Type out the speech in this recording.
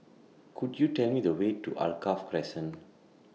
Could YOU Tell Me The Way to Alkaff Crescent